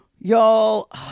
Y'all